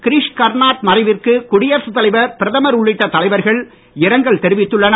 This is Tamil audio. கிரீஷ் கர்னாட் மறைவிற்கு குடியரசுத் தலைவர் பிரதமர் உள்ளிட்ட தலைவர்கள் இரங்கல் தெரிவித்துள்ளனர்